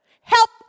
Help